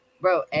Bro